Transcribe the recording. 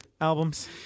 albums